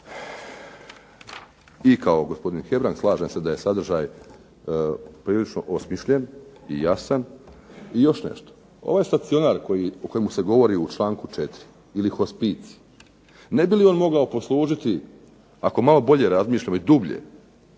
i kao gospodin Hebrang, slažem se da je sadržaj prilično osmišljen i jasan. I još nešto, ovaj stacionar o kojemu se govori u čl. 4. ili hospicij, ne bi li on mogao poslužiti ako malo bolje razmišljamo i dublje